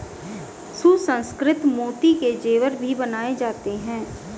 सुसंस्कृत मोती के जेवर भी बनाए जाते हैं